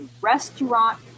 Restaurant